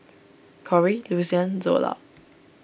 Corie Lucian Zola